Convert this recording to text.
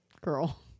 girl